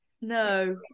No